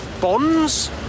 Bonds